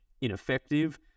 ineffective